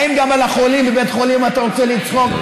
האם גם על החולים בבית חולים אתה רוצה לצחוק?